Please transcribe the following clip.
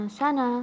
sana